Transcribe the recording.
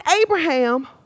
Abraham